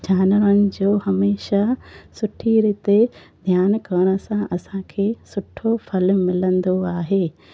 जानवरनि जो हमेशह सुठी रीते ध्यानु करण सां असांखे सुठो फल मिलंदो आहे